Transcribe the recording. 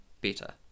better